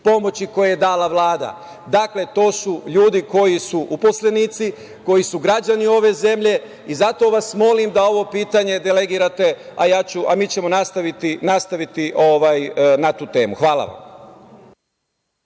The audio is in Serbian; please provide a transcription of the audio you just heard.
pomoći koje je dala Vlada? Dakle, to su ljudi koji su uposlenici, koji su građani ove zemlji i zato vas molim da ovo pitanje delegirate, a mi ćemo nastaviti na tu temu. Hvala vam.